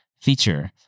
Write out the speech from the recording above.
feature